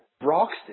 Broxton